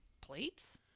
plates